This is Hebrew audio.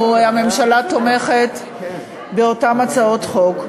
הממשלה תומכת באותן הצעות חוק.